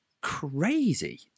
crazy